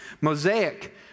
Mosaic